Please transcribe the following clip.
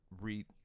read